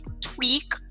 tweak